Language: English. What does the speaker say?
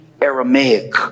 aramaic